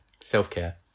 self-care